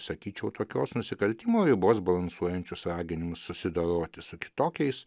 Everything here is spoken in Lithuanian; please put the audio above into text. sakyčiau tokios nusikaltimo ribos balansuojančius raginimus susidoroti su kitokiais